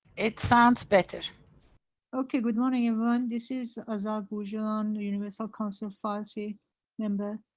it sounds better okay, good morning everyone. this is azar boujaran, universal council, farsi member.